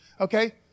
okay